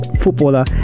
footballer